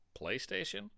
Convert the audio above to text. PlayStation